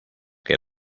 que